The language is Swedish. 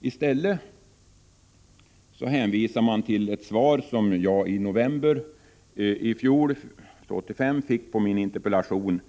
I stället hänvisar majoriteten till det svar som jag i november i fjol fick på min interpellation